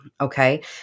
okay